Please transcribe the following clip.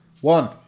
One